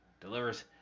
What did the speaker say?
Delivers